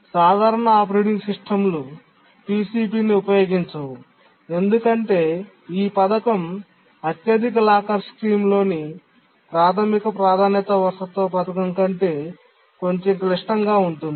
సాధారణ ఆపరేటింగ్ సిస్టమ్లు పిసిపి ని ఉపయోగించవు ఎందుకంటే ఈ పథకం అత్యధిక లాకర్ స్కీమ్లోని ప్రాథమిక ప్రాధాన్యత వారసత్వ పథకం కంటే కొంచెం క్లిష్టంగా ఉంటుంది